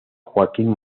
joaquim